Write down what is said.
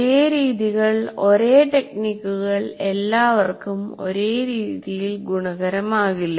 ഒരേ രീതികൾ ഒരേ ടെക്നിക്കുകൾ എല്ലാവർക്കും ഒരുപോലെ ഗുണകരമാകില്ല